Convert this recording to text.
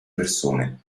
persone